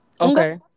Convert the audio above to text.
Okay